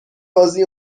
بازی